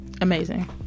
Amazing